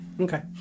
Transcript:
Okay